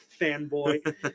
fanboy